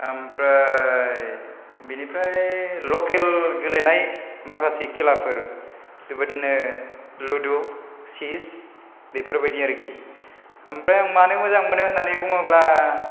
ओमफ्राय बिनिफ्राय लखेल गेलेनाय माखासे खेलाफोर बेबायदिनो लुदु चिस बेफोरबायदि आरोखि ओमफ्राय आं मानो मोजां मोनो होननानै बुङोब्ला